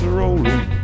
rolling